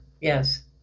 Yes